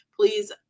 please